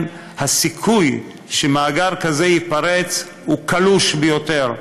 הסיכוי שמאגר כזה ייפרץ הוא קלוש ביותר.